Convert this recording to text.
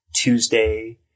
Tuesday